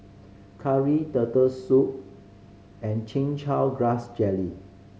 curry Turtle Soup and Chin Chow Grass Jelly